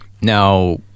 Now